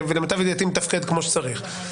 ולמיטב ידיעתי מתפקד כמו שצריך.